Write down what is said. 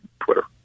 Twitter